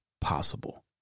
possible